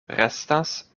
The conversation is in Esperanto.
restas